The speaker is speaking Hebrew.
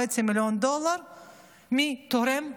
קיבלה 12.5 מיליון דולר מתורם אנונימי.